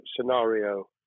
scenario